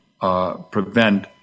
prevent